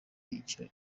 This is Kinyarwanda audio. icyo